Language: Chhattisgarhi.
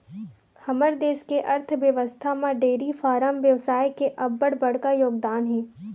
हमर देस के अर्थबेवस्था म डेयरी फारम बेवसाय के अब्बड़ बड़का योगदान हे